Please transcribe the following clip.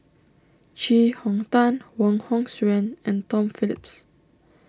Chee Hong Tat Wong Hong Suen and Tom Phillips